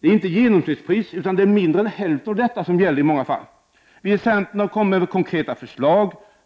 Det är inte genomsnittspriset utan mindre än hälften av detta som i många fall gäller. Vi i centern har kommit med konkreta förslag.